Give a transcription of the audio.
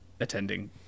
attending